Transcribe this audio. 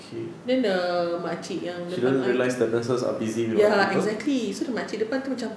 then the makcik yang depan I itu ya exactly so the makcik depan itu macam